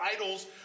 idols